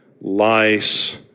lice